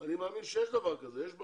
אני מאמין שיש דבר כזה, יש בנוהל,